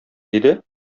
диде